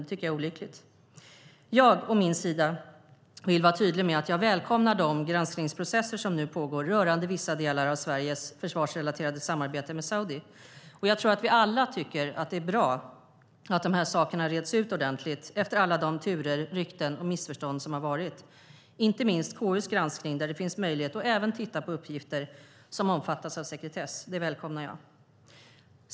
Det tycker jag är olyckligt. Jag å min sida vill vara tydlig med att jag välkomnar de granskningsprocesser som nu pågår rörande vissa delar av Sveriges försvarsrelaterade samarbete med Saudiarabien. Jag tror att vi alla tycker att det är bra att de här sakerna reds ut ordentligt efter alla de turer, rykten och missförstånd som har varit, inte minst i KU:s granskning där det finns möjlighet att även titta på uppgifter som omfattas av sekretess. Det välkomnar jag.